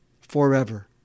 forever